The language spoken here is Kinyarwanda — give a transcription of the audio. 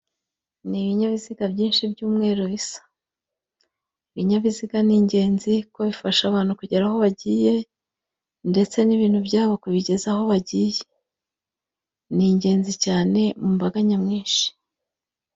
Ni ibinyabiziga byinshi by'umweru bisa, ibinyabiziga ni ingenzi kuko bifasha abantu kugera aho bagiye ndetse n'ibintu byabo kubigeza aho bagiye, ni ingenzi cyane mu mbaga nyamwinshi.